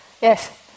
yes